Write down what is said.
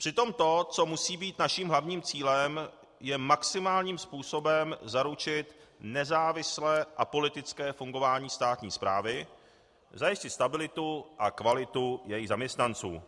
Přitom to, co musí být naším hlavním cílem, je maximálním způsobem zaručit nezávislé, apolitické fungování státní správy, zajistit stabilitu a kvalitu jejích zaměstnanců.